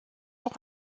auch